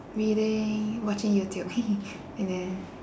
reading watching youtube and then